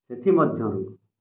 ସେଥିମଧ୍ୟରୁ